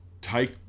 take